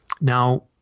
now